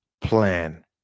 plan